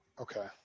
Okay